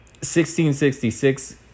1666